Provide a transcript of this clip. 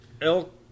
Elk